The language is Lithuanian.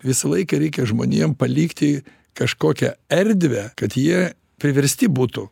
visą laiką reikia žmonėm palikti kažkokią erdvę kad jie priversti būtų